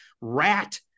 rat